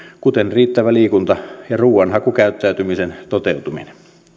kuten riittävä liikunta ja ruuanhakukäyttäytymisen toteutuminen